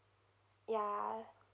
ya